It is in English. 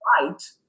right